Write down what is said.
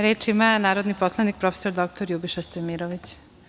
Reč ima narodni poslanik prof. dr Ljubiša Stojmirović.